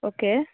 okay